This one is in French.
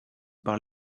par